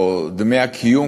או "דמי הקיום",